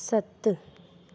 सत